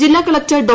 ജില്ലാ കളക്ടർ ഡോ